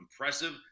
impressive